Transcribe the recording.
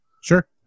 Sure